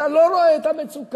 אתה לא רואה את המצוקה.